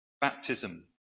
Baptism